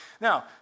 Now